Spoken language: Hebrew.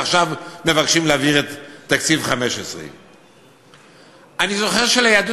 ועכשיו מבקשים להעביר את תקציב 2015. אני זוכר שליהדות